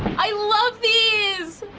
i love these!